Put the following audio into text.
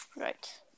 Right